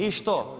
I što?